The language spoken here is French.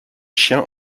chiens